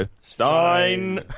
Stein